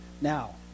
Now